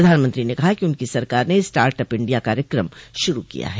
प्रधानमंत्री ने कहा कि उनकी सरकार ने स्टार्ट अप इंडिया कार्यक्रम शुरू किया है